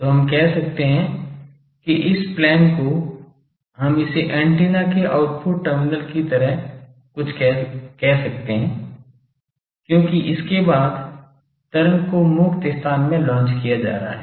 तो हम कह सकते हैं कि इस प्लेन को हम इसे ऐन्टेना के आउटपुट टर्मिनल की तरह कुछ कह सकते हैं क्योंकि इसके बाद तरंग को मुक्त स्थान में लॉन्च किया जा रहा है